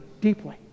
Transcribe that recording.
deeply